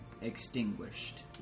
extinguished